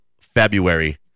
February